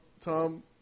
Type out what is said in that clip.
Tom